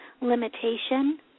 limitation